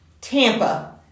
Tampa